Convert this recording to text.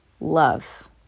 Love